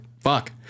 fuck